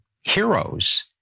heroes